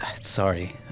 Sorry